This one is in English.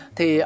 Thì